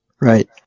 Right